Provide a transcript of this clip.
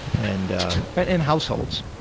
and but and households.